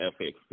FX